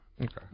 Okay